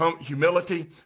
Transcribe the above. humility